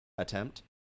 Attempt